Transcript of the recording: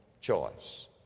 choice